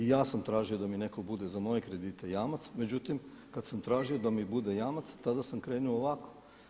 I ja sam tražio da mi netko bude za moje kredite jamac, međutim kada sam tražio da mi bude jamac tada sam krenuo ovako.